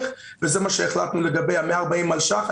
וזה מה שהחלטנו לגבי ה-140 מיליון השקלים.